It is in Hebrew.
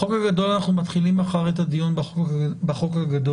מחר אנחנו מתחילים את הדיון בחוק הגדול.